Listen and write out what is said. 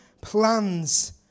plans